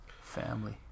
Family